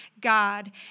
God